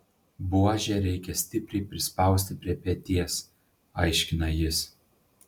buožę reikia stipriai prispausti prie peties aiškina jis